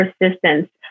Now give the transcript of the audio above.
persistence